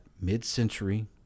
mid-century